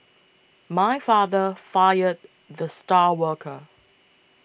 my father fired the star worker